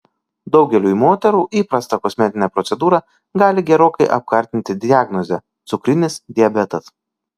daugeliui moterų įprastą kosmetinę procedūrą gali gerokai apkartinti diagnozė cukrinis diabetas